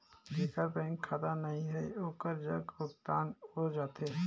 जेकर बैंक खाता नहीं है ओकरो जग भुगतान हो जाथे?